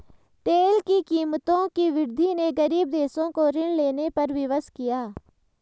तेल की कीमतों की वृद्धि ने गरीब देशों को ऋण लेने पर विवश किया